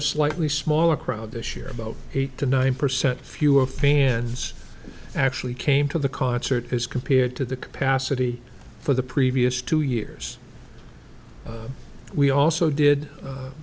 a slightly smaller crowd this year about eight to nine percent fewer fans actually came to the concert as compared to the capacity for the previous two years we also did